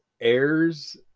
heirs